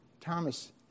Thomas